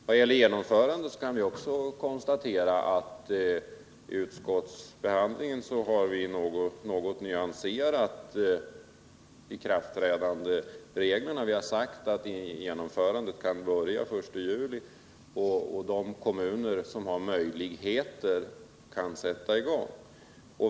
Vad gäller genomförandet kan konstateras att vi vid utskottsbehandlingen något har nyanserat ikraftträdandereglerna. Vi har sagt att genomförandet kan ske den 1 juli, då de kommuner som har möjligheter kan sätta i gång.